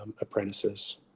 apprentices